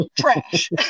trash